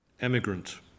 Emigrant